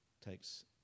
takes